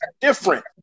different